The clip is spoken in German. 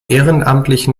ehrenamtlichen